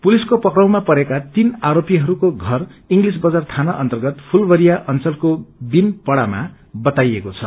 पुलिसको पक्राउमा परेका तीन आरोपीहरूको घर इंग्लिस बजार थाना अन्तर्गत फूलवरिया अंचलको बीनपडामा बताइएको छ